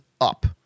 up